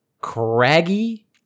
craggy